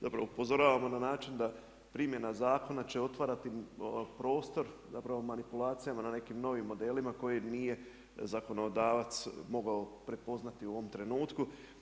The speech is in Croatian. Zapravo upozoravamo na način da primjena zakona će otvarati prostor, zapravo manipulacijama na nekim novim modelima koje nije zakonodavac mogao prepoznati u ovom trenutku.